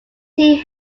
tea